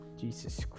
Jesus